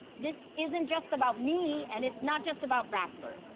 this isn't just about me and it's not just about rappler.